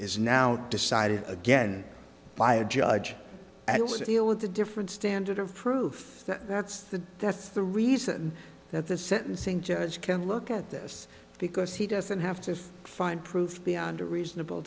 is now decided again by a judge and also deal with a different standard of proof that that's the that's the reason that the sentencing judge can look at this because he doesn't have to find proof beyond a reasonable